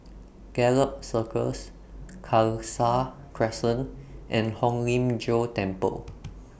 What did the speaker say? Gallop Circus Khalsa Crescent and Hong Lim Jiong Temple